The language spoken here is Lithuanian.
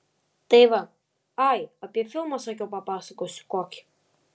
tai va ai apie filmą sakiau papasakosiu kokį